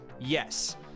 yes